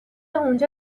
اونجا